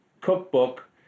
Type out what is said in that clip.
cookbook